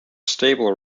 stable